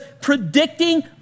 predicting